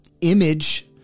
image